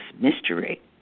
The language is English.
mystery